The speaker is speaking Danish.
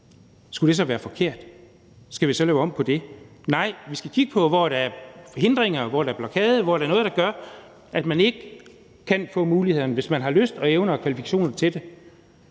skulle det så være forkert? Skulle vi så lave om på det? Nej. Vi skal kigge på, hvor der er hindringer, hvor der er blokeringer, hvor der er noget, der gør, at man ikke kan få muligheden, hvis man har lyst og evner og kvalifikationer til det.